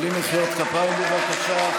בלי מחיאות כפיים, בבקשה.